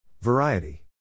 Variety